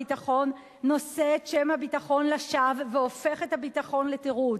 נושא את שם הביטחון לשווא והופך את הביטחון לתירוץ.